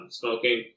smoking